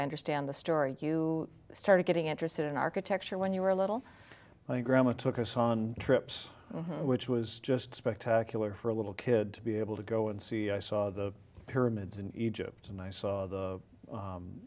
i understand the story you started getting interested in architecture when you were a little my grandma took us on trips which was just spectacular for a little kid to be able to go and see i saw the pyramids in egypt and i saw the